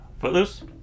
Footloose